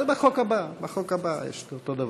בחוק הבא, זה אותו דבר.